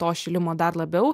to šilimo dar labiau